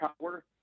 power